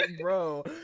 bro